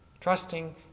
trusting